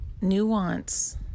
Nuance